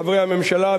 חברי הממשלה,